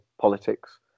politics